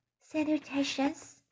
Salutations